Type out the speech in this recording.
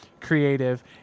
creative